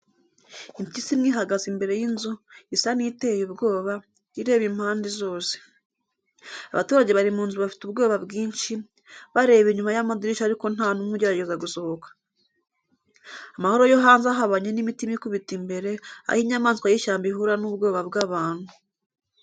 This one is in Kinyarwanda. Impyisi imwe ihagaze imbere y’inzu, isa n’iteye ubwoba, ireba impande zose. Abaturage bari mu nzu bafite ubwoba bwinshi, bareba inyuma y’amadirishya ariko nta n’umwe ugerageza gusohoka. Amahoro yo hanze ahabanye n’imitima ikubita imbere, aho inyamaswa y’ishyamba ihura n’ubwoba bw’abantu.